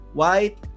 white